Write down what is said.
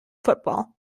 football